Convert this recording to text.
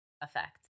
effect